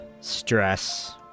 stress